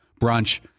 brunch